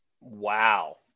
Wow